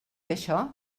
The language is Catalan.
això